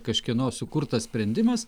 kažkieno sukurtas sprendimas